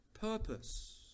purpose